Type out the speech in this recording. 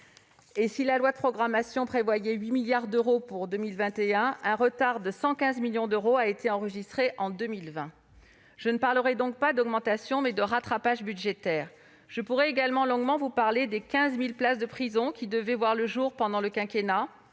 Si la loi de programmation prévoyait 8 milliards d'euros pour 2021, un retard de 115 millions d'euros a été enregistré en 2020. Je ne parlerai donc pas d'augmentation, mais de rattrapage budgétaire. Je pourrais aussi évoquer longuement les 15 000 places de prison qui devaient voir le jour pendant le quinquennat.